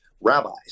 rabbis